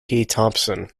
thompson